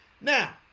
Now